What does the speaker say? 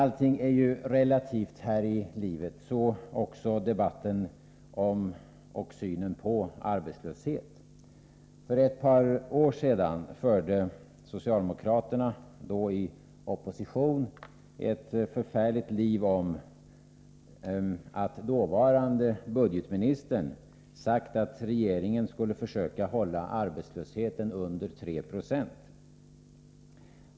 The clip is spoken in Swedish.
Allting är relativt här i livet, så också debatten om och synen på arbetslöshet. För ett par år sedan förde socialdemokraterna — då i opposition — ett förfärligt liv om att den dåvarande budgetministern sagt att regeringen skulle försöka hålla arbetslösheten under 3 76.